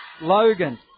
Logan